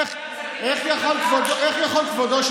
איך יכול כבודו,